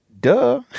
Duh